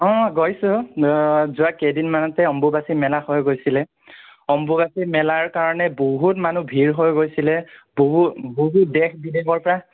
অঁ গৈছোঁ যোৱা কেইদিন মানতে অম্বুবাচী মেলা হৈ গৈছিলে অম্বুবাচী মেলাৰ কাৰণে বহুত মানুহ ভিৰ হৈ গৈছিলে বহু বহুত দেশ বিদেশৰ পৰা